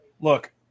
Look